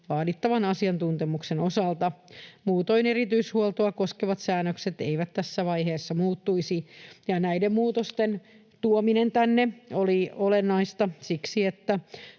vaadittavan asiantuntemuksen osalta. Muutoin erityishuoltoa koskevat säännökset eivät tässä vaiheessa muuttuisi. Näiden muutosten tuominen tänne oli olennaista siksi, että